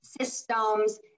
systems